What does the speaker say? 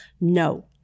no